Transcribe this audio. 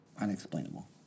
Unexplainable